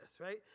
right